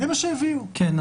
כן,